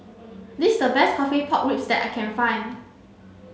this is the best coffee pork ribs that I can find